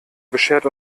beschert